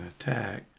attack